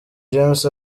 james